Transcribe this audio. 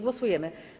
Głosujemy.